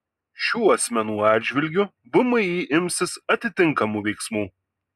šių asmenų atžvilgiu vmi imsis atitinkamų veiksmų